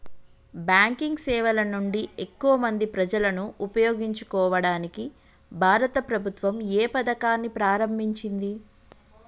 Banking సేవల నుండి ఎక్కువ మంది ప్రజలను ఉపయోగించుకోవడానికి భారత ప్రభుత్వం ఏ పథకాన్ని ప్రారంభించింది?